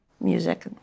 music